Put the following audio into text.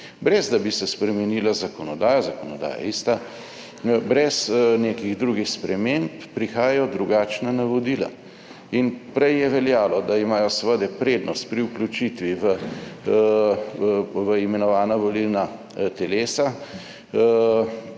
Brez, da bi se spremenila zakonodaja, zakonodaja je ista, brez nekih drugih sprememb, prihajajo drugačna navodila. In prej je veljalo, da imajo seveda prednost pri vključitvi v imenovana volilna telesa